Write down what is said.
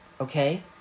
Okay